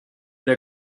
der